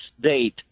date